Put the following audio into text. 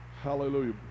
Hallelujah